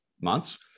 months